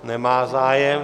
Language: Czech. Nemá zájem.